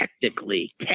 technically